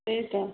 ସେଇ ତ